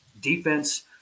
defense